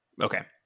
Okay